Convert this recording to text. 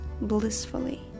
blissfully